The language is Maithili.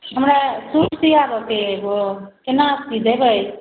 हमरा सूट सिआबऽके अछि एगो कोना सी देबै